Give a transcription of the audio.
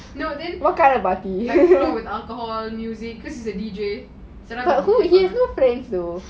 no then those with alcohol sydney waves